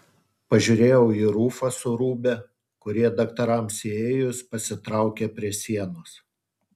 pažiūrėjau į rufą su rūbe kurie daktarams įėjus pasitraukė prie sienos